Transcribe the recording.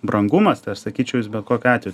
brangumas tai aš sakyčiau jis bet kokiu atveju